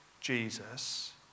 Jesus